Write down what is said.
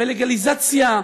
לגליזציה,